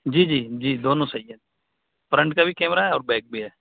جی جی جی دونوں صحیح ہے فرنٹ کا بھی کیمرہ ہے اور بیک بھی ہے